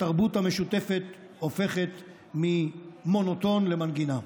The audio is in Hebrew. התרבות המשותפת הופכת ממונוטון למנגינה,